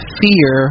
fear